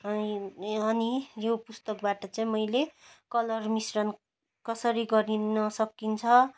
अनि यो पुस्तकबाट चाहिँ मैले कलर मिश्रण कसरी गरिन सकिन्छ